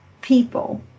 people